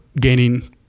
gaining